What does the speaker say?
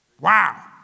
Wow